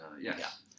yes